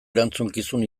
erantzukizun